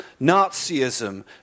Nazism